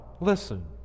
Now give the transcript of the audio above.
listen